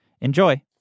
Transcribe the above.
Enjoy